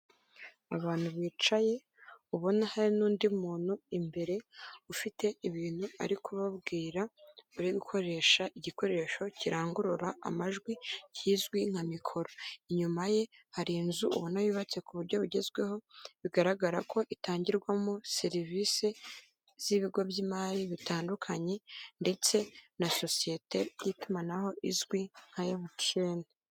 Abantu bicaye ubona hari n'undi muntu imbere ufite ibintu ari kubabwira uri gukoresha igikoresho kirangurura amajwi kizwi nka mikoro, inyuma ye hari inzu ubona yubatse ku buryo bugezweho bigaragara ko itangirwamo serivisi z'ibigo by'imari bitandukanye ndetse na sosiyete y'itumanaho izwi nka emutiyeni.